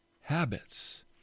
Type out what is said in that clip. habits